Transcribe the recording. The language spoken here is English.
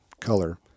color